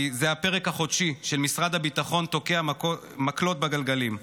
כי זה הפרק החודשי של "משרד הביטחון תוקע מקלות בגלגלים".